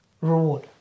reward